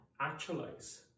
actualize